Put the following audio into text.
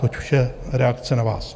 Toť vše, reakce na vás.